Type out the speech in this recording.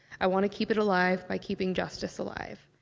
i want to keep it alive by keeping justice alive.